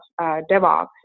DevOps